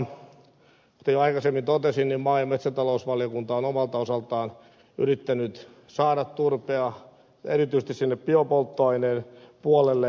kuten jo aikaisemmin totesin maa ja metsätalousvaliokunta on omalta osaltaan yrittänyt saada turvetta erityisesti sinne biopolttoaineiden puolelle